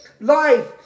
life